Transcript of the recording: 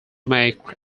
make